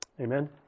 Amen